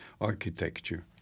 architecture